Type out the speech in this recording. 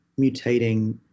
mutating